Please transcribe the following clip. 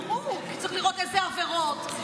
צריך לראות אילו עבירות.